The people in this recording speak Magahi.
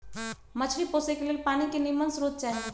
मछरी पोशे के लेल पानी के निम्मन स्रोत चाही